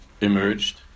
emerged